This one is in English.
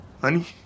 Honey